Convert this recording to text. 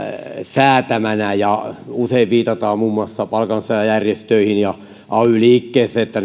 säätämänä usein viitataan muun muassa palkansaajajärjestöihin ja ay liikkeeseen siihen että